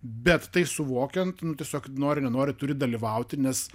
bet tai suvokiant tiesiog nori nenori turi dalyvauti nes